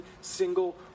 single